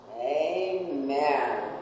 Amen